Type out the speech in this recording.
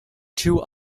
two